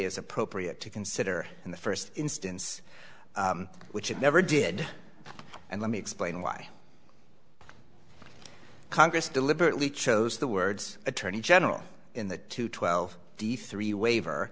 is appropriate to consider in the first instance which it never did and let me explain why congress deliberately chose the words attorney general in the two twelve d three waiver